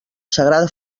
sagrada